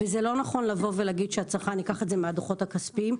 וזה לא נכון לבוא ולהגיד שהצרכן יבוא וייקח את זה מהדו"חות הכספיים,